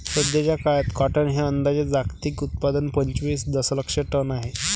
सध्याचा काळात कॉटन हे अंदाजे जागतिक उत्पादन पंचवीस दशलक्ष टन आहे